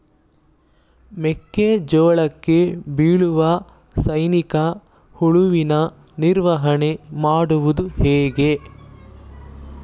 ಮೆಕ್ಕೆ ಜೋಳಕ್ಕೆ ಬೀಳುವ ಸೈನಿಕ ಹುಳುವಿನ ನಿರ್ವಹಣೆ ಮಾಡುವುದು ಹೇಗೆ?